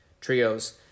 trios